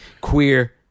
Queer